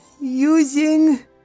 using